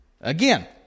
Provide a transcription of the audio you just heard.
Again